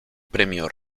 premio